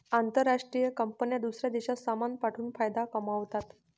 आंतरराष्ट्रीय कंपन्या दूसऱ्या देशात सामान पाठवून फायदा कमावतात